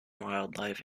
wildlife